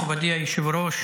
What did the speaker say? מכובדי היושב-ראש,